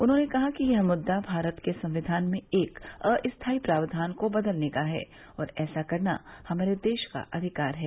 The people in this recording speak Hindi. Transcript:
उन्होंने कहा कि यह मुद्दा भारत के संक्वान में एक अस्थाई प्रावधान को बदलने का है और ऐसा करना हमारे देश का अधिकार है